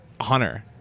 Hunter